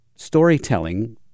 storytelling